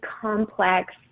complex